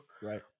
Right